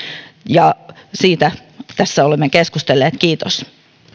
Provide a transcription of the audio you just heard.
ja siitä tässä olemme keskustelleet kiitos